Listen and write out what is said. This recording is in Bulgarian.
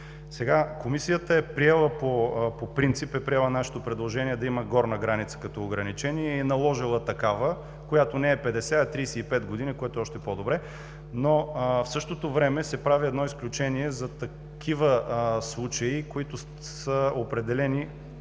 Комисията по принцип е приела нашето предложение да има горна граница като ограничение и е наложила такава, която не е 50, а 35 години, което е още по-добре, но в същото време се прави едно изключение за такива случаи, в които е определен